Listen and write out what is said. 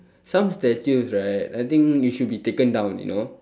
some statues right I think it should be taken down you know